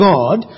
God